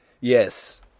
yes